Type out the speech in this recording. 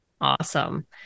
Awesome